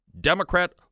Democrat